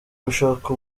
gushaka